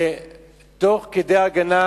ותוך כדי הגנה